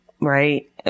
right